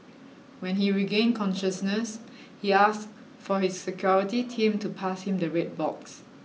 when he regained consciousness he asked for his security team to pass him the red box